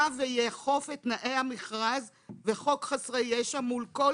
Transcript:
ויאכוף את תנאי המכרז וחוק חסרי ישע מול כל